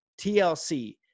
TLC